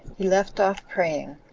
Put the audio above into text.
he left off praying